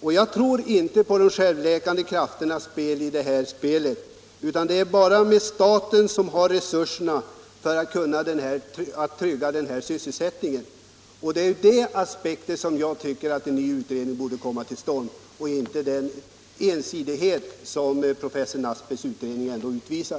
Jag tror inte på de självläkande krafterna i detta spel. Det är bara staten som har resurserna för att trygga den sysselsättning det gäller, och det är på de grundläggande förutsättningarna som jag menar att en ny utredning borde komma till stånd. Den bör inte ha en sådan ensidig uppläggning som professor Nabseths utredning uppvisar.